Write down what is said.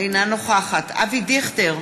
אינה נוכחת אבי דיכטר,